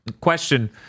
question